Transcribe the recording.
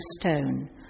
stone